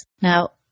Now